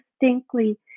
distinctly